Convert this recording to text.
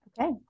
Okay